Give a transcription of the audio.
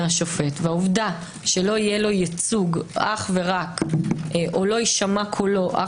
השופט והעובדה שלא יהיה לו ייצוג או לא יישמע קולו רק